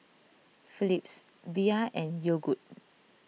Philips Bia and Yogood